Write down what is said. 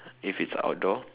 if it's outdoor